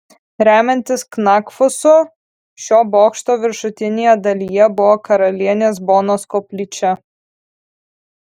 remiantis knakfusu šio bokšto viršutinėje dalyje buvo karalienės bonos koplyčia